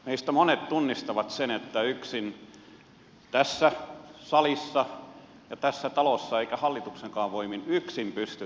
meistä monet tunnistavat sen että siihen ei tässä salissa ja tässä talossa eikä hallituksenkaan voimin yksin pystytä